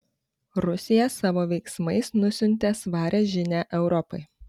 rusija savo veiksmais nusiuntė svarią žinią europai